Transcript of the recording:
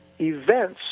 events